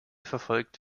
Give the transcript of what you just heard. verfolgt